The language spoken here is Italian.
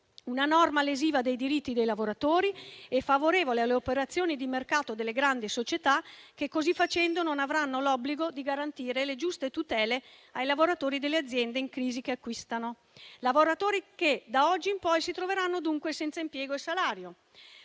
Una norma lesiva dei diritti dei lavoratori e favorevole alle operazioni di mercato delle grandi società che così facendo non avranno l'obbligo di garantire le giuste tutele ai lavoratori delle aziende in crisi che acquistano, lavoratori che da oggi in poi si troveranno dunque senza impiego e salario.